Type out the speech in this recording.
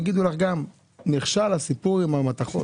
הם יגידו לך שנכשל הסיפור של המתכות.